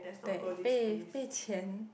被被被钱